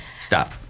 Stop